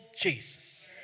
Jesus